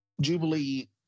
Jubilee